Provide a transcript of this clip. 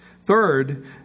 Third